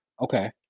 Okay